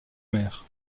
mer